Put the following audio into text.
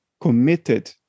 committed